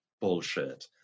bullshit